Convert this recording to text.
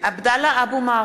(קוראת בשמות חברי הכנסת) עבדאללה אבו מערוף,